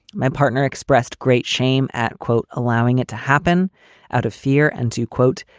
my partner expressed great shame at, quote, allowing it to happen out of fear and to, quote,